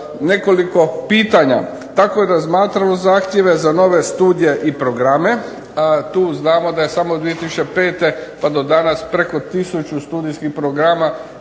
nekoliko pitanja. Tako je razmatralo zahtjeve za nove studije i programe. Tu znamo da je samo od 2005. pa do danas preko 1000 studijskih programa